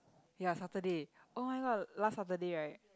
ya Saturday oh-my-god last Saturday right